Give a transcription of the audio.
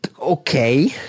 okay